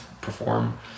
perform